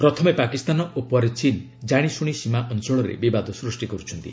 ପ୍ରଥମେ ପାକିସ୍ତାନ ଓ ପରେ ଚୀନ୍ ଜାଣିଶୁଣି ସୀମା ଅଞ୍ଚଳରେ ବିବାଦ ସୃଷ୍ଟି କରୁଛନ୍ତି